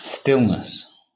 Stillness